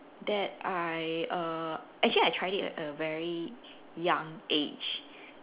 that I err actually I tried it at a very young age